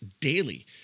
daily